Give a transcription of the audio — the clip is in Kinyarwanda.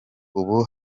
ubu